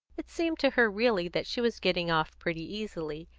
it seemed to her really that she was getting off pretty easily,